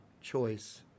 choice